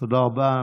תודה רבה.